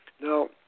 Now